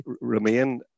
remain